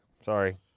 Sorry